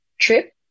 trip